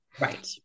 Right